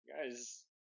guys